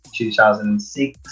2006